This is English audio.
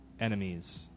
enemies